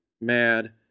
Mad